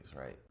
right